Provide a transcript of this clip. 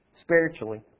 Spiritually